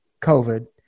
COVID